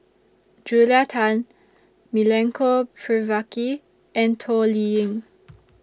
Julia Tan Milenko Prvacki and Toh Liying